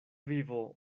vivo